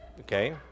Okay